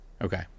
Okay